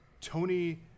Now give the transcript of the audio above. Tony